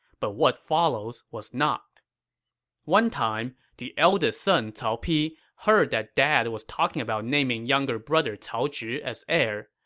but what followed was not one time, the eldest son cao pi heard that dad was talking about naming younger brother cao zhi as heir.